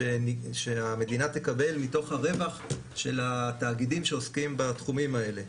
שהמדינה תקבל מתוך הרווח של התאגידים שעוסקים בתחומים האלה.